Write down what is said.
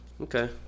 Okay